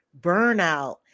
burnout